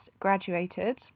graduated